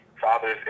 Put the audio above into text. father's